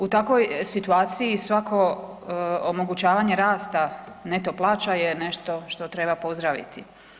U takvoj situaciji svako omogućavanje rasta neto plaća je nešto što treba pozdraviti.